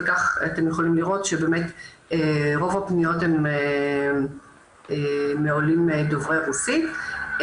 ואתם יכולים לראות שרוב הפניות הן מעולים דוברי רוסית.